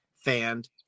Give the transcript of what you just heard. fanned